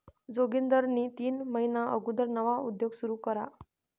जोगिंदरनी तीन महिना अगुदर नवा उद्योग सुरू करा